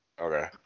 Okay